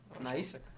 Nice